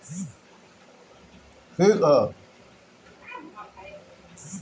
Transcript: आज के समय में कईगो काम खातिर एकर खेती होत बाटे